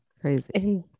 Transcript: Crazy